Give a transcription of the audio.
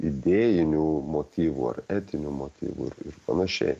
idėjinių motyvų ar etinių motyvų ir ir panašiai